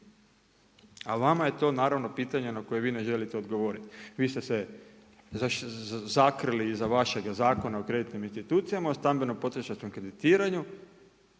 A vama je to naravno pitanje na koje vi ne želite odgovoriti. Vi ste se sakrili iza vašeg Zakona o kreditnog institucijama, o stambenom potrošačkom kreditiranju